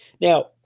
Now